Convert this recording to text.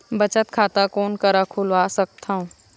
बचत खाता कोन करा खुलवा सकथौं?